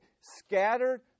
scattered